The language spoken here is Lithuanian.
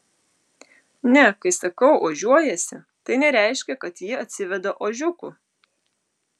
ne kai sakau ožiuojasi tai nereiškia kad ji atsiveda ožiukų